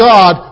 God